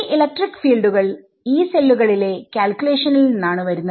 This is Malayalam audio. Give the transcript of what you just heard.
ഈ ഇലക്ട്രിക് ഫീൽഡുകൾ Yee സെല്ലുകളിലെ കാൽക്കുലേഷനിൽ നിന്നാണ് വരുന്നത്